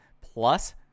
plus